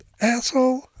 Asshole